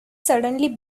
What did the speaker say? suddenly